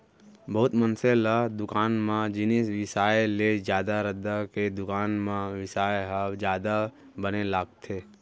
बहुत मनसे ल दुकान म जिनिस बिसाय ले जादा रद्दा के दुकान म बिसाय ह जादा बने लागथे